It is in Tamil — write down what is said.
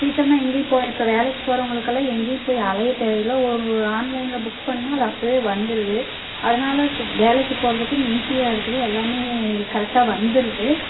சீக்கிரமாக எங்கேயும் போய் இப்போ வேலைக்கு போகிறவங்களுக்கெல்லாம் எங்கேயும் போயி அலையத் தேவையில்ல ஒரு ஆன்லைனில் புக் பண்ணிணா அது அப்பவே வந்துடுது அதனால் வேலைக்கு போகிறதுக்கு இன்னும் ஈஸியாக இருக்குது எல்லாமே கரெக்டாக வந்துடுது